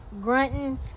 grunting